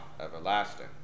everlasting